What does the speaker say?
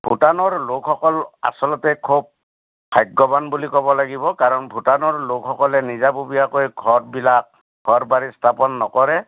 ভূটানৰ লোকসকল আচলতে খুব ভাগ্যৱান বুলি ক'ব লাগিব কাৰণ ভূটানৰ লোকসকলে নিজাববীয়াকৈ ঘৰবিলাক ঘৰ বাৰী স্থাপন নকৰে